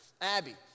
Abby